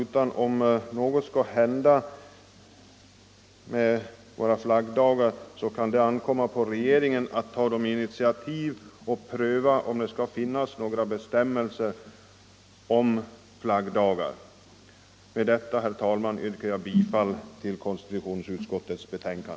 Om något skall hända med våra flaggdagar så bör det ankomma på regeringen att ta initiativ och pröva om det skall finnas några bestämmelser om flaggdagar. Med detta, herr talman, yrkar jag bifall till konstitutionsutskottets hemställan